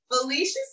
Felicia